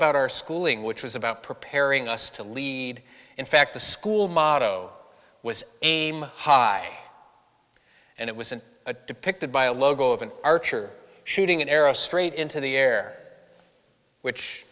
about our schooling which was about preparing us to lead in fact the school motto was aim high and it was in a depicted by a logo of an archer shooting an arrow straight into the air which